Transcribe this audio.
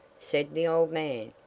said the old man,